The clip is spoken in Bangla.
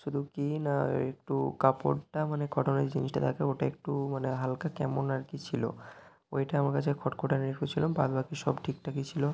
শুধু কি না ওই একটু কাপড়টা মানে কটনের জিনিসটা থাকে ওটা একটু মানে হালকা কেমন আর কি ছিল ওইটা আমার কাছে খটখটানি একটু ছিল বাদ বাকি সব ঠিকঠাকই ছিল